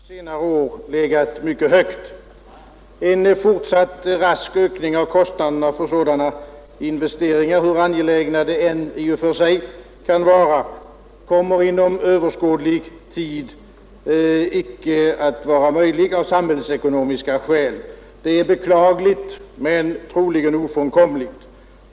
Herr talman! Skolbyggnadsinvesteringarna har under senare år legat mycket högt. En fortsatt rask stegring av kostnaderna för sådana investeringar, hur angelägna de än kan vara i och för sig, kommer inom överskådlig tid icke att vara möjlig av samhällsekonomiska skäl. Detta är beklagligt men troligen ofrånkomligt.